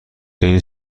این